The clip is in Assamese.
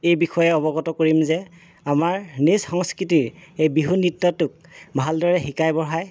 এই বিষয়ে অৱগত কৰিম যে আমাৰ নিজ সংস্কৃতি এই বিহু নৃত্যটোক ভালদৰে শিকাই বঢ়াই